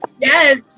Yes